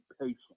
patient